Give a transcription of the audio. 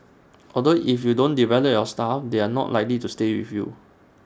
although if you don't develop your staff they are not likely to stay with you